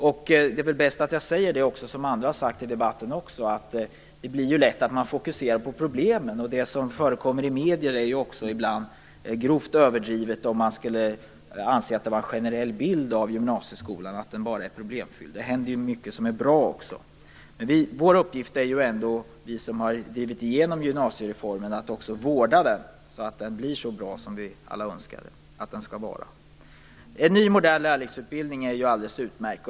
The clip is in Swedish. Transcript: Och det är väl bäst att jag också säger det som andra har sagt i debatten, nämligen att det lätt blir så att man fokuserar på problemen. Det som förekommer i medier är också ibland grovt överdrivet. Den generella bild som ges är ju att den bara är problemfylld. Men det händer mycket som är bra också. Uppgiften för oss som har drivit igenom gymnasiereformen är att också vårda den så att den blir så bra som vi alla önskar. En ny, modern lärlingsutbildning är alldeles utmärkt.